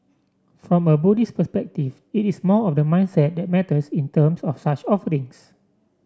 from a Buddhist perspective it is more of the mindset that matters in terms of such offerings